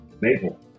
Maple